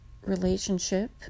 relationship